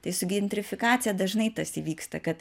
tai su gintrifikacija dažnai tas įvyksta kad